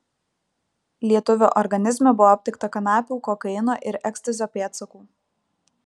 lietuvio organizme buvo aptikta kanapių kokaino ir ekstazio pėdsakų